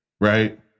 right